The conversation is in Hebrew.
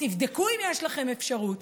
תבדקו אם יש לכם אפשרות.